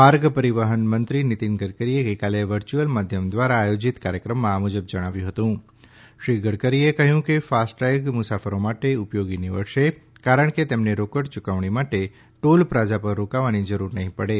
માર્ગ પરિવહન મંત્રી નીતિન ગડકરીએ ગઈકાલે વરર્યુઅલ માધ્યમ દ્વારા આયોજીત કાર્યક્રમમાં આ મુજબ જણાવ્યું હતું શ્રી ગડકરીએ કહ્યું કે ફાસ્ટ ટેગ મુસાફરો માટે ઉપયોગી નીવડશે કારણ કે તેમને રોકડ યુકવણી માટે ટોલ પ્લાઝા પર રોકવાની જરૂર નહીં પડે